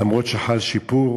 למרות שחל שיפור,